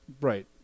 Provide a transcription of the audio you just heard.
Right